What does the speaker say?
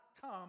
come